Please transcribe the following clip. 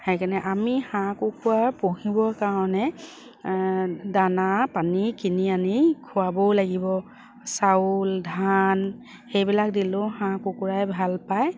সেইকাৰণে আমি হাঁহ কুকুৰা পুহিবৰ কাৰণে দানা পানী কিনি আনি খোৱাবও লাগিব চাউল ধান সেইবিলাক দিলেও হাঁহ কুকুৰাই ভাল পায়